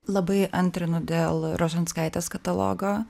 labai antrinu dėl rožanskaitės katalogo